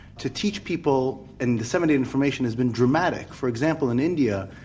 to teach people and some of the information has been dramatic. for example, in india,